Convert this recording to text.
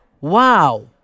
wow